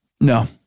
No